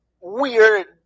weird